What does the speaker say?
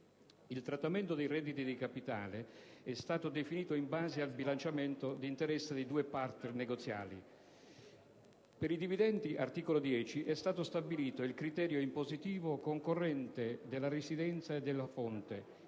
Il trattamento dei redditi di capitale è stato definito in base al bilanciamento di interesse dei due *partner* negoziali. Per i dividendi (articolo 10), è stato stabilito il criterio impositivo concorrente della residenza e della fonte,